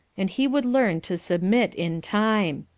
and he would learn to submit in time.